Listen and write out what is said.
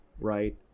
right